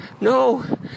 No